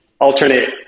alternate